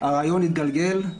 הרעיון התגלגל,